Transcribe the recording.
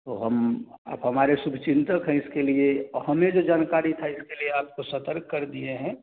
तो हम आप हमारे शुभचिंतक हैं इसके लिए और हमें जो जानकारी था इसके लिए आपको सतर्क कर दिए हैं